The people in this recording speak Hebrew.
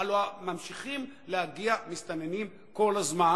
הלוא ממשיכים להגיע מסתננים כל הזמן.